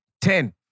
Ten